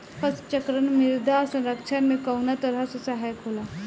फसल चक्रण मृदा संरक्षण में कउना तरह से सहायक होला?